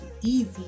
easy